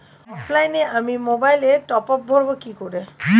অফলাইনে আমি মোবাইলে টপআপ ভরাবো কি করে?